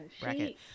bracket